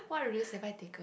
what risk have I taken